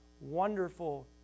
wonderful